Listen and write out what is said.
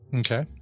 okay